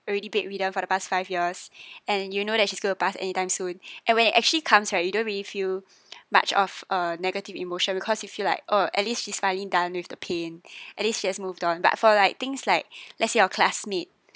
already bed ridden for the past five years and you know that she's going to pass anytime soon and when it actually comes right you don't really feel much of a negative emotion because you feel like uh at least she's finally done with the pain at least she has moved on but for like things like let's say our classmate